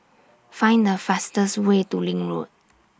Find The fastest Way to LINK Road